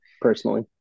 personally